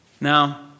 Now